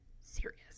serious